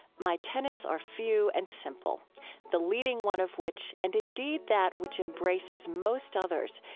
my tenets are few and simple the leading one of which, and indeed that which embraces most others,